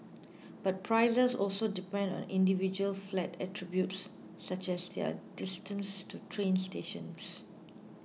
but prices also depend on individual flat attributes such as their distance to train stations